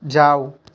जाओ